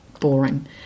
boring